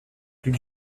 plus